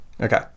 Okay